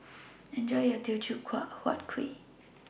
Enjoy your Teochew Huat Kuih